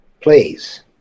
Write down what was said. please